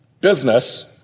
Business